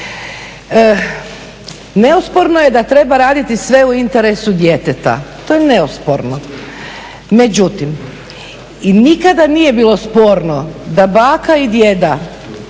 neosporno je da treba raditi sve u interesu djeteta, to je neosporno, međutim i nikada nije bilo sporno da baka i djeda